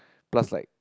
plus like